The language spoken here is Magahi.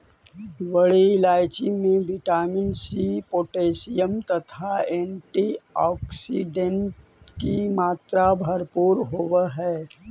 बड़ी इलायची में विटामिन सी पोटैशियम तथा एंटीऑक्सीडेंट की मात्रा भरपूर होवअ हई